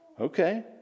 Okay